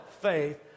faith